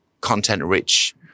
content-rich